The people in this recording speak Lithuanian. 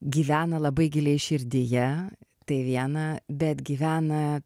gyvena labai giliai širdyje tai viena bet gyvena